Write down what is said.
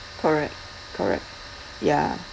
correct correct ya